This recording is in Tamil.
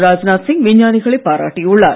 ராஜ்நாத் சிங் விஞ்ஞானிகளை பாராட்டியுள்ளார்